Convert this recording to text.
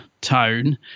tone